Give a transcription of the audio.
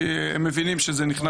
כי הם מבינים שזה נכנס לחוק.